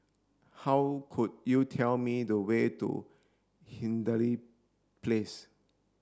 how could you tell me the way to Hindhede Place